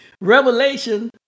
Revelation